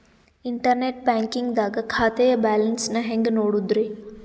Internet banking ದಾಗ ಖಾತೆಯ balance ನ ಹೆಂಗ್ ನೋಡುದ್ರಿ?